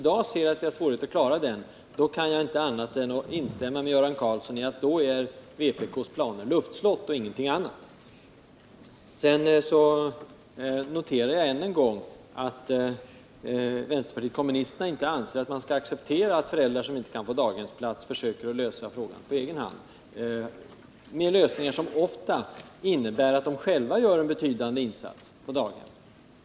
Jag måste hålla med Göran Karlsson om att vpk:s planer är luftslott och ingenting annat. Jag noterar än en gång att vänsterpartiet kommunisterna inte anser att man skall acceptera att föräldrar, som inte kan få daghemsplats för sina barn, försöker klara frågan på egen hand, ofta med lösningar som innebär att de själva gör en betydande insats på daghem.